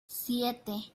siete